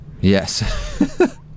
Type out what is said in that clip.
Yes